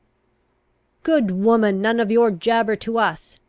good woman, none of your jabber to us!